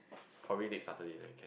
probably next Saturday then I can